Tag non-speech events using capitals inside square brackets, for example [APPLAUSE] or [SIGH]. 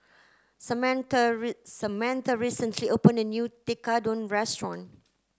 Samatha [UNINTELLIGIBLE] Samatha recently opened a new Tekkadon restaurant